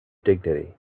dignity